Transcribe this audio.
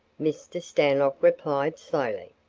mr. stanlock replied slowly.